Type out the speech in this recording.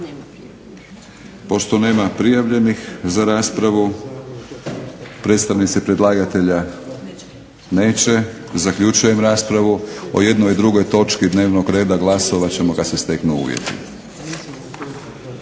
Pošto nema prijavljenih za raspravu, predstavnici predlagatelja neće, zaključujem raspravu o jednoj i drugoj točki dnevnog reda glasovat ćemo kada se steknu uvjeti.